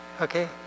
Okay